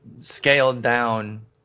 scaled-down